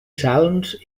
salms